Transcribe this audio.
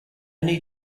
need